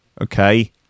okay